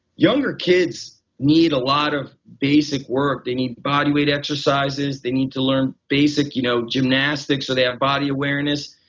younger kids need a lot of basic work. they need body weight exercises. they need to learn basic you know gymnastics so they have body awareness.